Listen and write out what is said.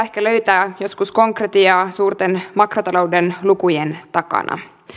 ehkä vaikea löytää joskus konkretiaa suurten makrotalouden lukujen takaa